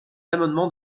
amendement